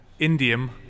indium